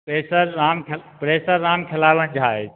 प्रेषक राम खेला प्रेषक राम खेलावन झा अछि